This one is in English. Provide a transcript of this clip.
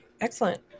excellent